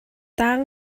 tang